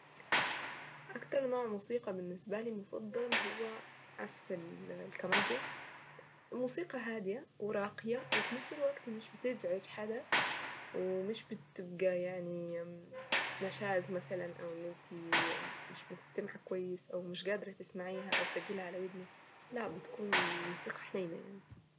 اكتر نوع موسيقى بالنسبة لي مفضل هو عزف الكمنجة موسيقى هادية وراقية وفي نفس الوقت مش بتزعج حد ومش بتبقى يعني نشاذ مثلا او ان انت مش مستمعة كويس او مش قادرة تسمعيها او تقيلة على ودنك لا بتكون موسيقى حنينة يعني.